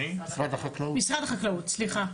משרד החקלאות, סליחה.